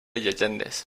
llegendes